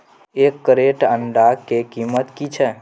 एक क्रेट अंडा के कीमत की छै?